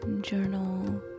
journal